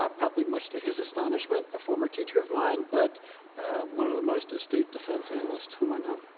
ah probably much to his astonishment, a former teacher of mine, but one of the most astute defense analysts who i know.